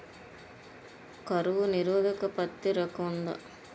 కరువు నిరోధక పత్తి రకం ఉందా?